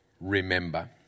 remember